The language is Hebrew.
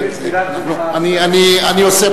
אני עושה